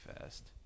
fast